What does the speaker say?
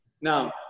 Now